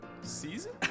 Season